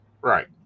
Right